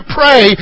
pray